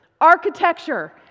Architecture